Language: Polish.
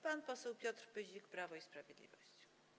Pan poseł Piotr Pyzik, Prawo i Sprawiedliwość.